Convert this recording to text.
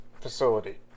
facility